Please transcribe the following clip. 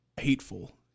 hateful